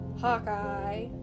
Hawkeye